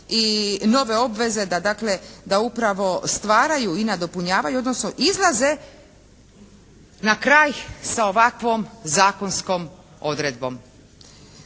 i nove obveze da dakle upravo stvaraju i nadopunjavaju odnosno izlaze na kraj sa ovakvom zakonskom odlukom.